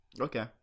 Okay